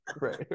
right